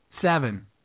Seven